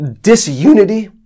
disunity